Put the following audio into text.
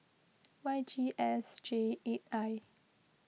Y G S J eight I